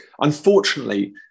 Unfortunately